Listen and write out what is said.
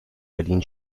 berlin